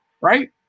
right